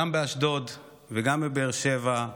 גם באשדוד וגם בבאר שבע,